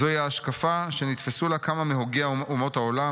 'זוהי ההשקפה שנתפסו לה כמה מהוגי אומות העולם,